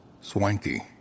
swanky